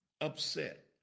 upset